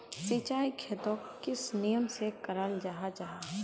सिंचाई खेतोक किस नियम से कराल जाहा जाहा?